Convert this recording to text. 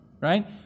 right